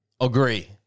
Agree